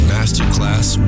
Masterclass